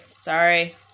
Sorry